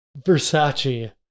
Versace